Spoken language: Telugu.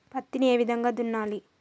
పత్తిని ఏ విధంగా దున్నాలి?